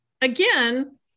again